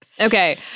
Okay